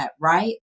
right